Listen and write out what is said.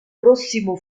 prossimo